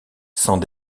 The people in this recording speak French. sans